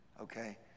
Okay